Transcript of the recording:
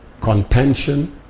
contention